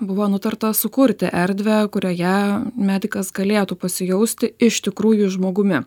buvo nutarta sukurti erdvę kurioje medikas galėtų pasijausti iš tikrųjų žmogumi